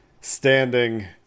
standing